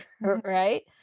right